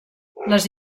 les